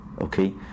okay